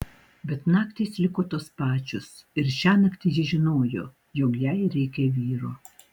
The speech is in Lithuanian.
bet naktys liko tos pačios ir šiąnakt ji žinojo jog jai reikia vyro